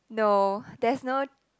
no there's no